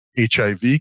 HIV